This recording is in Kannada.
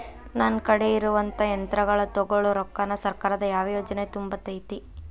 ನನ್ ಕಡೆ ಇರುವಂಥಾ ಯಂತ್ರಗಳ ತೊಗೊಳು ರೊಕ್ಕಾನ್ ಸರ್ಕಾರದ ಯಾವ ಯೋಜನೆ ತುಂಬತೈತಿ?